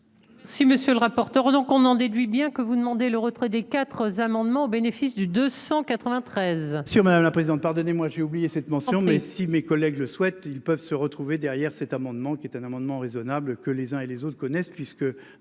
Si monsieur le rapporteur. Donc on en déduit, bien que vous demander le retrait des 4 amendements au bénéfice du 293.